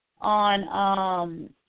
on